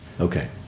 Okay